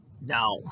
Now